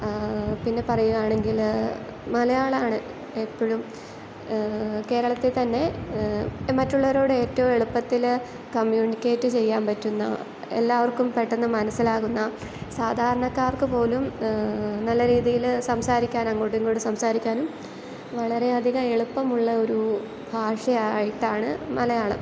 പിന്നെ പറയുകയാണെങ്കിൽ മലയാളമാണ് എപ്പോഴും കേരളത്തിൽ തന്നെ മറ്റുള്ളവരോട് ഏറ്റവും എളുപ്പത്തിൽ കമ്മ്യൂണിക്കേറ്റ് ചെയ്യാൻ പറ്റുന്ന എല്ലാവർക്കും പെട്ടെന്ന് മനസ്സിലാകുന്ന സാധാരണക്കാർക്ക് പോലും നല്ല രീതിയിൽ സംസാരിക്കാൻ അങ്ങോട്ടുമിങ്ങോട്ടും സംസാരിക്കാനും വളരെയധികം എളുപ്പമുള്ള ഒരു ഭാഷയായിട്ടാണ് മലയാളം